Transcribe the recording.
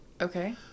Okay